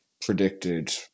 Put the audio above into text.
predicted